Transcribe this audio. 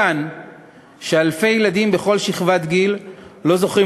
מכאן שאלפי ילדים בכל שכבת גיל לא זוכים